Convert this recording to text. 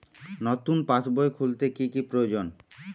নতুন পাশবই খুলতে কি কি প্রয়োজন?